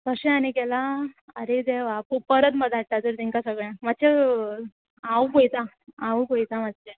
तशें आनी केलां आरे देवा आ पू परत मा धाडटा तर तांकां सगळ्यांग मात्चें हांव पळयतां हांवू पळयतां मातशें